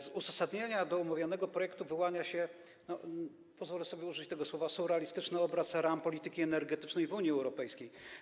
Z uzasadnienia do omawianego projektu wyłania się, pozwolę sobie użyć tego słowa, surrealistyczny obraz ram polityki energetycznej w Unii Europejskiej.